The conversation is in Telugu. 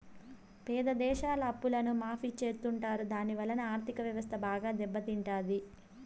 పేద దేశాల అప్పులను మాఫీ చెత్తుంటారు దాని వలన ఆర్ధిక వ్యవస్థ బాగా దెబ్బ తింటాది